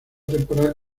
temporal